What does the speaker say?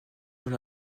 dans